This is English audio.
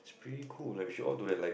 it's pretty cool right to show all to like